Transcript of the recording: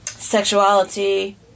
sexuality